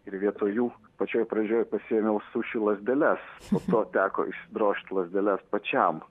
ir vietoj jų pačioj pradžioj pasiėmiau suši lazdeles po to teko išsidrožti lazdeles pačiam